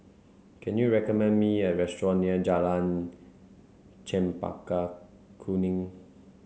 can you recommend me a restaurant near Jalan Chempaka Kuning